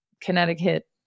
Connecticut